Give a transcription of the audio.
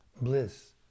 bliss